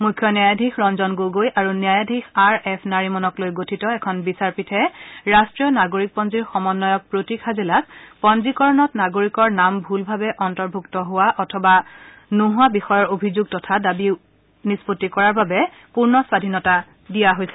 মুখ্য ন্যায়াধীশ ৰঞ্জন গগৈ আৰু ন্যায়াধীশ আৰ এফ নৰীমনক লৈ গঠিত এখন বিচাৰপীঠে ৰাট্টীয় নাগৰিক পঞ্জীকৰণৰ সমন্নয়ক প্ৰতীক হাজেলাক পঞ্জীকৰণত নাগৰিকৰ নাম ভূলভাৱে অন্তৰ্ভূক্ত কৰা অথবা আতৰোৱা বিষয়ৰ অভিযোগ তথা দাবী নিষ্পণ্ডি কৰাৰ বাবে পূৰ্ণ স্বাধীনতা দিয়া হৈছে